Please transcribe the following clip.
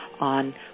on